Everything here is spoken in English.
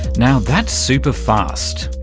now, that's super-fast.